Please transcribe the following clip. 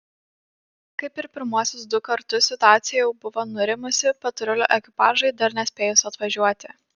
kaip ir pirmuosius du kartus situacija jau buvo nurimusi patrulių ekipažui dar nespėjus atvažiuoti